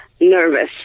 nervous